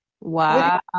Wow